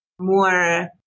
more